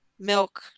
milk